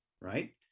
right